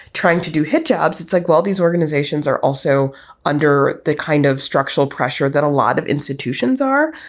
trying to do hit jobs. it's like, well, these organizations are also under the kind of structural pressure that a lot of institutions are.